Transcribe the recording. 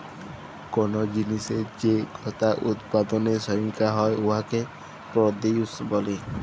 call জিলিসের যে গটা উৎপাদলের সংখ্যা হ্যয় উয়াকে পরডিউস ব্যলে